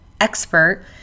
expert